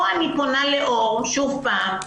פה אני פונה לאור שוב פעם.